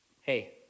Hey